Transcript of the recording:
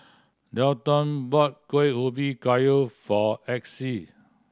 Delton bought Kuih Ubi Kayu for Exie